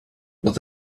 but